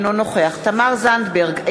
אינו נוכח תמר זנדברג,